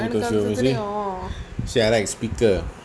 okay okay you see see I write speaker